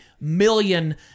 million